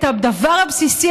את הדבר הבסיסי,